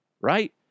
right